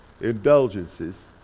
indulgences